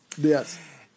Yes